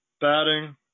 batting